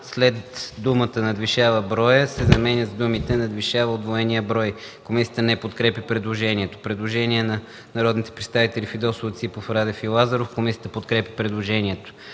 след думата „надвишава броя” се заменят с думите „надвишава удвоения брой”. Комисията не подкрепя предложението. Предложение от народните представители Фидосова, Ципов, Радев и Лазаров. Комисията подкрепя предложението.